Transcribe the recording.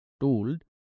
told